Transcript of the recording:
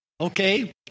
Okay